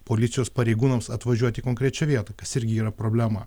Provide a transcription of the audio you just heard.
policijos pareigūnams atvažiuoti į konkrečią vietą kas irgi yra problema